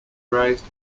raised